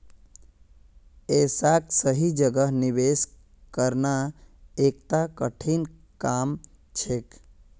ऐसाक सही जगह निवेश करना एकता कठिन काम छेक